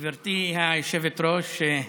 גברתי היושבת-ראש,